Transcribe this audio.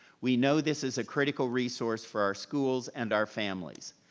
we know this is a critical resource for our schools and our families.